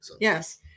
Yes